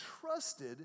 trusted